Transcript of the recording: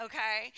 Okay